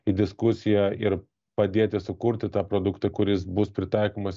į diskusiją ir padėti sukurti tą produktą kuris bus pritaikomas